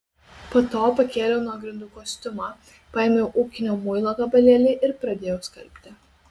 po to pakėliau nuo grindų kostiumą paėmiau ūkinio muilo gabalėlį ir pradėjau skalbti